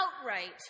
outright